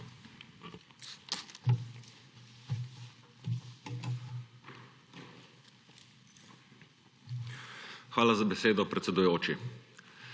Hvala za besedo, predsedujoči.